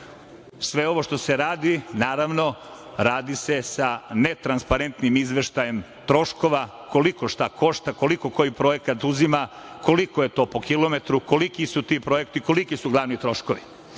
ovo što se radi, naravno, radi se sa netransparentnim izveštajem troškova koliko šta košta, koliko koji projekat uzima, koliko je to po kilometru, koliki su ti projekti, koliki su glavni troškovi? Prema